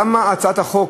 למה הצעת החוק?